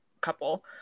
couple